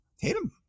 Tatum